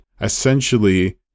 essentially